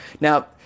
Now